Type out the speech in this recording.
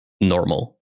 normal